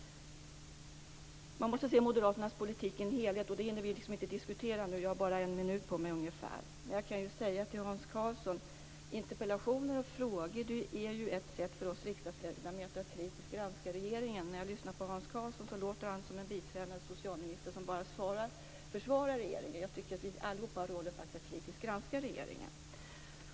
Man måste se moderaternas politik i en helhet, och detta hinner vi inte diskutera nu. Jag har bara ungefär en minut på mig. Till Hans Karlsson vill jag säga att interpellationer och frågor är ett sätt för oss riksdagsledamöter att kritiskt granska regeringen. När jag lyssnar på Hans Karlsson låter han som en biträdande socialminister som bara försvarar regeringen. Jag tycker att vi allihop har rollen att kritiskt granska regeringen.